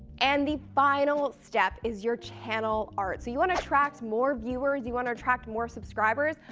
and the final step is your channel art. so you want to attract more viewers, you want to attract more subscribers.